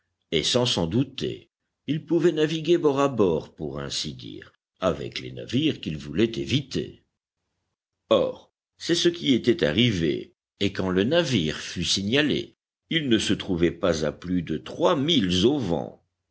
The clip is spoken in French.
et sans s'en douter il pouvait naviguer bord à bord pour ainsi dire avec les navires qu'il voulait éviter or c'est ce qui était arrivé et quand le navire fut signalé il ne se trouvait pas à plus de